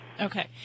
Okay